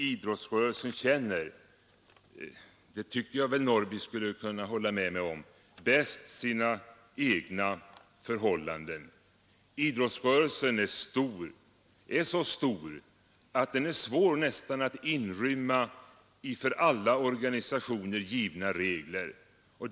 Idrottsrörelsen känner — det tycker jag väl att herr Norrby i Gunnarskog borde kunna hålla med mig om — bäst sina egna förhållanden. Idrottsrörelsen är så stor att den är svår att inrymma i för alla organisationer givna regler.